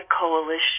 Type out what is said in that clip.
coalition